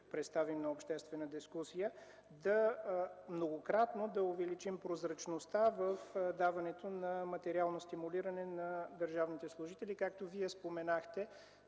представим на обществена дискусия, многократно да увеличим прозрачността в даването на материално стимулиране на държавните служители. Както Вие споменахте,